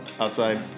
outside